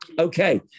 Okay